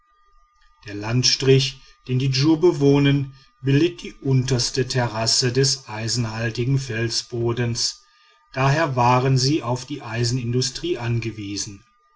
der landstrich den die djur bewohnen bildet die unterste terrasse des eisenhaltigen felsbodens daher waren sie auf die eisenindustrie angewiesen